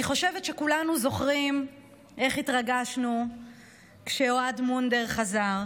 אני חושבת שכולנו זוכרים איך התרגשנו כשאוהד מונדר חזר,